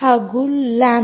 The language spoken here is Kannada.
ಹಾಗೂ ಇದು ಲ್ಯಾಂಬ್ದ